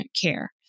care